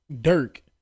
Dirk